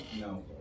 No